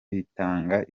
bitanga